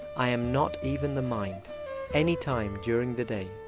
i'm not even the mind anytime during the day.